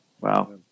wow